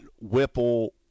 Whipple